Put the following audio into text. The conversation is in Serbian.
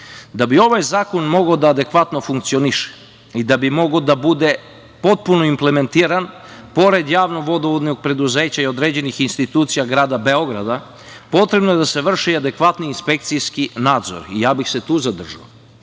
Da bi ovaj zakon mogao da adekvatno funkcioniše i da bi mogao da bude potpuno implementiran, pored Javno-vodovodnog preduzeća i određenih institucija grada Beograda potrebno je da se vrši i adekvatni inspekcijski nadzor i ja bih se tu zadržao.